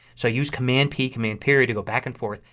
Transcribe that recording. so use command p, command period to get back and forth.